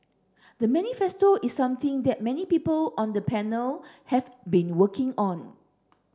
the manifesto is something that many people on the panel have been working on